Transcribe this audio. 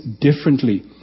differently